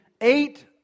eight